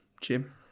Jim